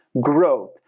growth